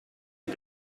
and